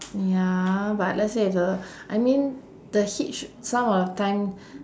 ya but let's say if the I mean the hitch some of the time